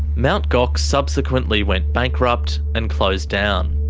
mt gox subsequently went bankrupt and closed down.